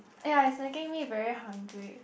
ya is making me very hungry